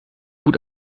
gut